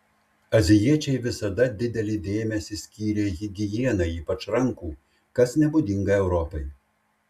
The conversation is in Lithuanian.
azijiečiai visada didelį dėmesį skyrė higienai ypač rankų kas nebūdinga europai